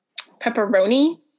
pepperoni